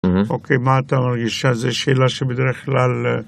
אוקיי, מה אתה מרגיש שזו שאלה שבדרך כלל...